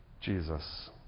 Jesus